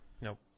Nope